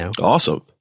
Awesome